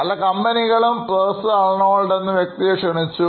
പല കമ്പനികളും professor Arnold എന്ന വ്യക്തിയെ ക്ഷണിച്ചു